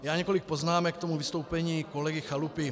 Jen několik poznámek k vystoupení kolegy Chalupy.